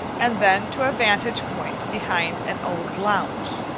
and then to a vantage-point behind an old lounge.